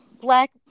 black